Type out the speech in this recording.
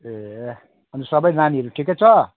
ए अनि सबै नानीहरू ठिकै छ